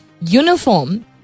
uniform